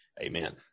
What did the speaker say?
Amen